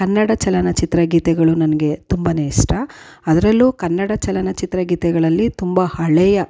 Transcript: ಕನ್ನಡ ಚಲನಚಿತ್ರ ಗೀತೆಗಳು ನನಗೆ ತುಂಬಾ ಇಷ್ಟ ಅದ್ರಲ್ಲೂ ಕನ್ನಡ ಚಲನಚಿತ್ರ ಗೀತೆಗಳಲ್ಲಿ ತುಂಬ ಹಳೆಯ